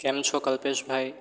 કેમ છો કલ્પેશ ભાઈ